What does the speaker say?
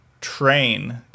train